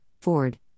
Ford